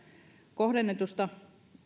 kohdennetusta